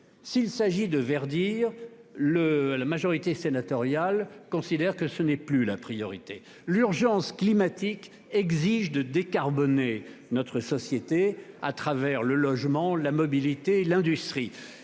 S'il s'agit de verdir, la majorité sénatoriale considère que ce n'est plus la priorité. L'urgence climatique exige de décarboner notre société grâce aux mesures prises dans les